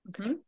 Okay